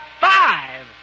five